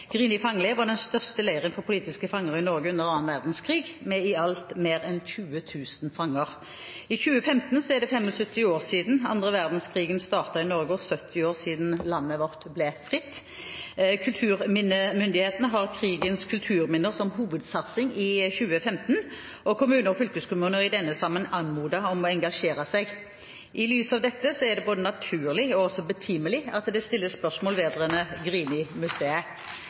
var den største leiren for politiske fanger i Norge under annen verdenskrig, med i alt mer enn 20 000 fanger. I 2015 er det 75 år siden annen verdenskrig startet i Norge, og 70 år siden landet vårt ble fritt. Kulturminnemyndighetene har krigens kulturminner som hovedsatsing i 2015, og kommuner og fylkeskommuner i denne sammenheng anmodes om å engasjere seg. I lys av dette er det naturlig, og også betimelig, at det stilles spørsmål vedrørende